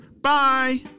Bye